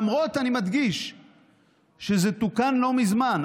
אני מדגיש שזה תוקן לא מזמן.